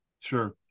Sure